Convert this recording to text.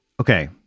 Okay